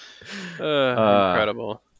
Incredible